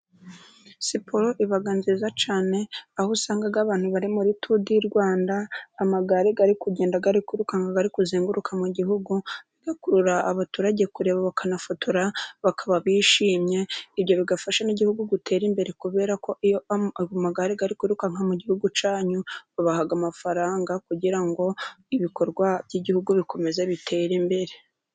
Siporo iba nziza cyane, aho usanga, abantu bari muri tour du rwanda, amagare ari kugenda , ari kuzenguruka mu gihugu, bigakurura abaturage kureba bakanafotora, baba bishimye, ibyo bigafasha n'igihugu gutera imbere, kubera ko amagare yirukanka mu gihugu cyanyu, babaha amafaranga, kugira ngo ibikorwa by'igihugu bikomeze bi bitere imbere.